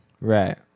Right